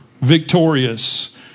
victorious